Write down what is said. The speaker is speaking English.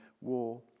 war